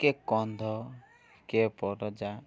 କିଏ କନ୍ଧ କିଏ ପରଜା